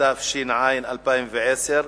התש"ע 2010,